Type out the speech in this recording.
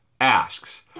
asks